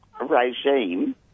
regime